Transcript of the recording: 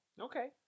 Okay